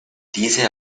diese